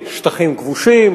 שטחים כבושים,